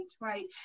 right